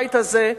בבית הזה,